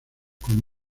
con